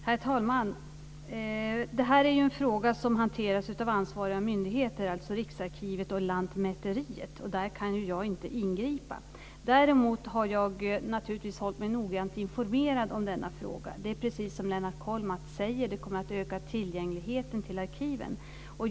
Herr talman! Detta är en fråga som hanteras av ansvariga myndigheter, alltså Riksarkivet och Lantmäteriet. Där kan jag inte ingripa. Däremot har jag naturligtvis hållit mig noggrant informerad om denna fråga. Det är precis som Lennart Kollmats säger: Det kommer att öka tillgängligheten till arkiven.